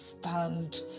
stand